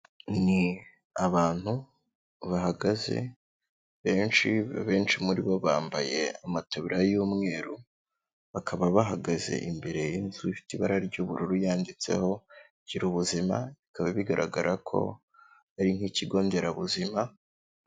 Ni abantu bahagaze benshi, abenshi muri bo bambaye amataburiya y'umweru, bakaba bahagaze imbere y'inzu ifite ibara ry'ubururu yanditseho gira ubuzima, bikaba bigaragara ko ari nk'ikigo nderabuzima.